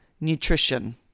nutrition